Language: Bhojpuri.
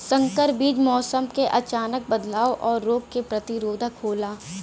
संकर बीज मौसम क अचानक बदलाव और रोग के प्रतिरोधक होला